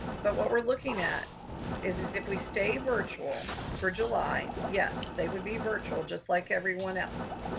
but what we're looking at is is if we stay virtual for july, yes, they would be virtual just like everyone else.